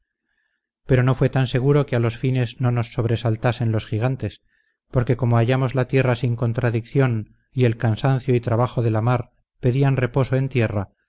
pero no fue tan seguro que a los fines no nos sobresaltasen los gigantes porque como hallamos la tierra sin contradicción y el cansancio y trabajo de la mar pedían reposo en tierra